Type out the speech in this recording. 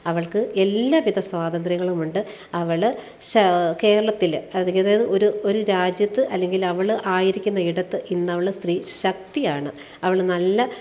അവൾക്ക് എല്ലാവിധ സ്വാതന്ത്രങ്ങളുമുണ്ട് അവൾ കേരളത്തിൽ ഒരു ഒരു രാജ്യത്ത് അല്ലെങ്കിൽ അവൾ ആയിരിക്കുന്ന ഇടത്ത് ഇന്നവൾ സ്ത്രീ ശക്തി ആണ് അവൾ നല്ല